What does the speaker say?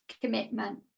commitment